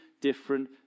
different